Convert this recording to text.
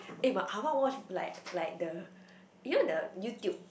eh my ah ma watch like like the you know the YouTube